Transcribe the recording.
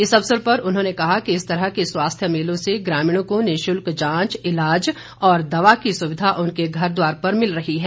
इस अवसर पर उन्होंने कहा कि इस तरह के स्वास्थ्य मेलों से ग्रामीणों को निःशुल्क जांच ईलाज और दवा की सुविधा उनके घर द्वार पर मिल रही है